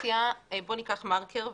סיוע במערכת הבחירות,